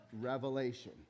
Revelation